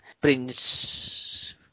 Prince